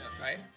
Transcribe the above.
Right